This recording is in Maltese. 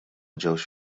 ġewx